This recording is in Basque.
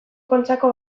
kontxako